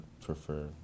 prefer